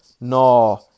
No